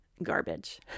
garbage